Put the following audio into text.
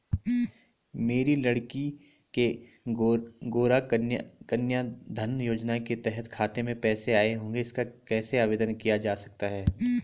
मेरी लड़की के गौंरा कन्याधन योजना के तहत खाते में पैसे आए होंगे इसका कैसे आवेदन किया जा सकता है?